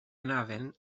anaven